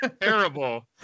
Terrible